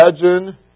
imagine